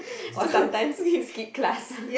or sometimes skip class